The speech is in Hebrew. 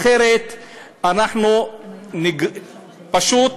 אחרת אנחנו פשוט